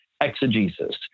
exegesis